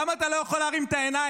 למה אתה לא יכול להרים את העיניים?